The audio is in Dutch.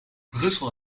brussel